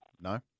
No